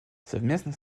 совместно